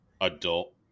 adult